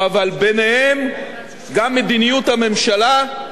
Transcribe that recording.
אבל ביניהם גם מדיניות הממשלה,